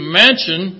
mansion